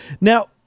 Now